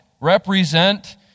represent